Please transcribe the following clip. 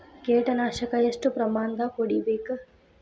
ಕೇಟ ನಾಶಕ ಎಷ್ಟ ಪ್ರಮಾಣದಾಗ್ ಹೊಡಿಬೇಕ?